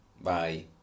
Bye